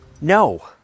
No